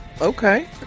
okay